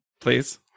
please